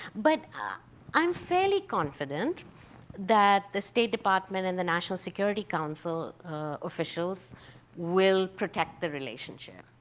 but i'm fairly confident that the state department and the national security council officials will protect the relationship.